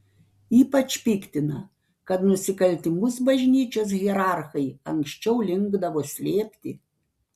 ypač piktina kad nusikaltimus bažnyčios hierarchai anksčiau linkdavo slėpti